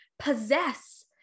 possess